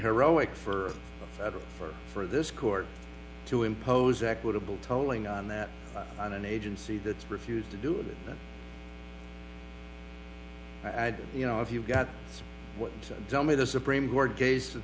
heroic for for for this court to impose equitable tolling on that on an agency that refused to do it but i do you know if you got to tell me the supreme court case